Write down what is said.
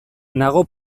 nago